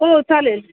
हो चालेल